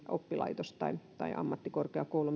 oppilaitos tai tai ammattikorkeakoulu